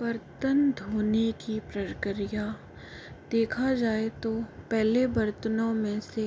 बर्तन धोने की प्रक्रिया देखा जाए तो पहले बर्तनों में से